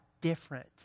different